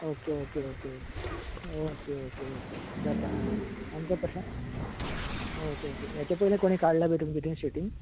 okay okay okay okay okay okay जाता आमकां तशें ओके ओके हेचेंं पयलीं कोणें काडली बी शुटींग